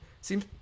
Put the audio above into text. seems